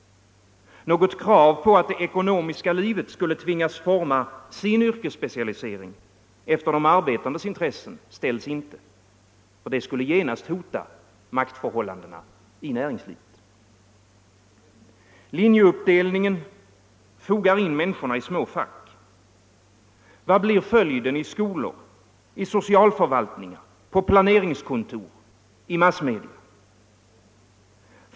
Något krav på att det ekonomiska livet skulle tvingas forma sin yrkesspecialisering efter de arbetandes intressen ställs inte, ty det skulle genast hota maktförhållandena i näringslivet. Linjeuppdelningen fogar in människorna i små fack. Vad blir följden i skolor, i socialförvaltningar, på planeringskontor, i massmedia?